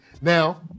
Now